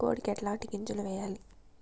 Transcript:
కోడికి ఎట్లాంటి గింజలు వేయాలి?